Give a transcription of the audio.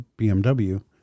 BMW